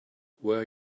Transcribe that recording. where